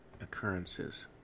occurrences